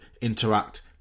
interact